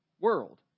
world